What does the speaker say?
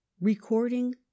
Recording